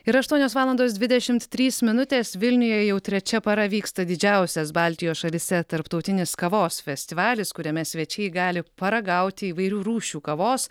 yra aštuonios valandos dvidešimt trys minutės vilniuje jau trečia para vyksta didžiausias baltijos šalyse tarptautinis kavos festivalis kuriame svečiai gali paragauti įvairių rūšių kavos